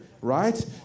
right